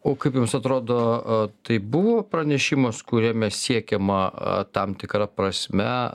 o kaip jums atrodo tai buvo pranešimas kuriame siekiama tam tikra prasme